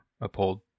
uphold